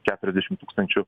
keturiasdešimt tūkstančių